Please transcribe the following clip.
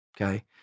okay